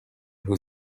who